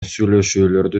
сүйлөшүүлөрдү